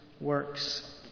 works